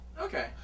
Okay